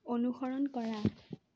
অনুসৰণ কৰা